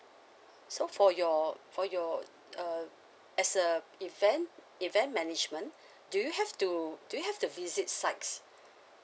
so for your for your uh as a event event management do you have to do you have to visit sites